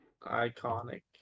Iconic